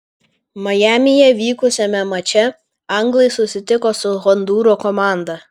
majamyje vykusiame mače anglai susitiko su hondūro komanda